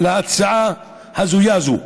להצעה ההזויה הזאת.